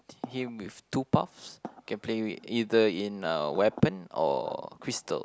him with two paths can play with either in uh weapon or crystal